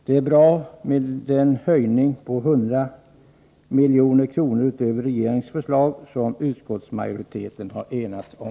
Det är bra med den höjning på 100 milj.kr. utöver regeringens förslag som utskottsmajoriteten enats om.